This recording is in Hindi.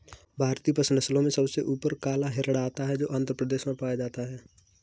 भारतीय पशु नस्लों में सबसे ऊपर काला हिरण आता है जो आंध्र प्रदेश में पाया जाता है